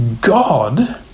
God